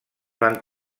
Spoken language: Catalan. van